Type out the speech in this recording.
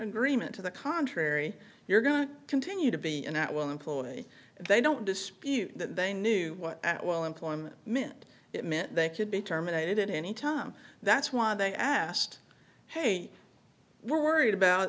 agreement to the contrary you're going to continue to be an at will employee they don't dispute that they knew what at will employment meant it meant they could be terminated at any time that's why they asked hey we're worried about